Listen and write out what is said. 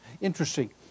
Interesting